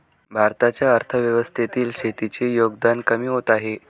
भारताच्या अर्थव्यवस्थेतील शेतीचे योगदान कमी होत आहे